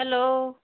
hello